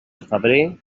febrer